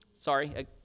Sorry